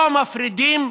לא מפרידים